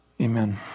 Amen